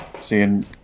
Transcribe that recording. seeing